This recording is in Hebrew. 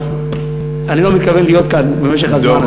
אז אני לא מתכוון להיות כאן במשך הזה.